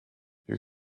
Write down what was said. you